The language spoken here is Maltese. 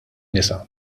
nisa